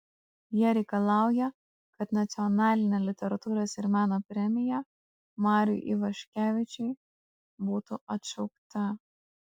jie reikalauja kad nacionalinė literatūros ir meno premija mariui ivaškevičiui būtų atšaukta